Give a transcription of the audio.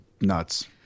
Nuts